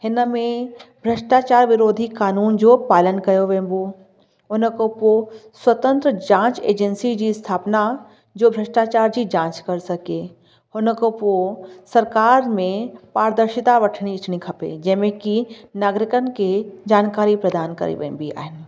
हिन में भ्रष्टाचार विरोधी कानून जो पालन कयो वञिबो उन खां पोइ स्वतंत्र जांचु एजंसी जी स्थापना जो भ्रष्टाचार जी जांचु करे सघे हुन खां पोइ सरकार में पारदर्शिता वठिणी अचिणी खपे जंहिं में की नागरिकनि खे जानकारी प्रधान करी वञिबी आहिनि